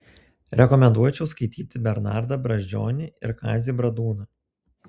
rekomenduočiau skaityti bernardą brazdžionį ir kazį bradūną